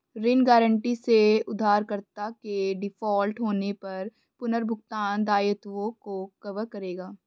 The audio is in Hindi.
ऋण गारंटी से उधारकर्ता के डिफ़ॉल्ट होने पर पुनर्भुगतान दायित्वों को कवर करेगा